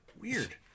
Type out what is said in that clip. Weird